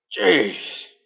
Jeez